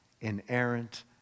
inerrant